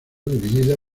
dividida